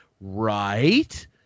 right